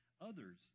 others